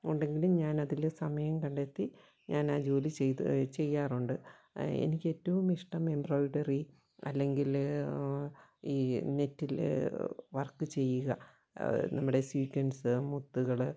ഉണ്ടെങ്കിലും ഞാനതില് സമയം കണ്ടെത്തി ഞാനാ ജോലി ചെയ്ത് ചെയ്യാറുണ്ട് എനിക്ക് ഏറ്റവും ഇഷ്ടം എംബ്രോയിഡറി അല്ലെങ്കില് ഈ നെറ്റില് വർക്ക് ചെയ്യുക നമ്മുടെ സ്വീക്കൻസ് മുത്തുകള്